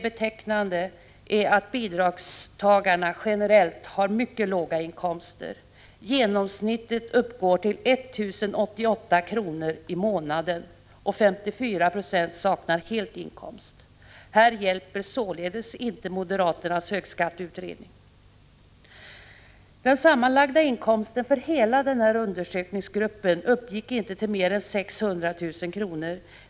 Betecknande är att bidragstagarna generellt har mycket låga inkomster. Genomsnittet uppgår till 1 088 kr. i månaden. 54 96 saknar helt inkomst. Här hjälper således inte moderaternas högskatteutredning. Den sammanlagda inkomsten för hela den här undersökningsgruppen uppgick inte till mer än 600 000 kr.